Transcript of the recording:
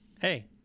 Hey